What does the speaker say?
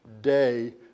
day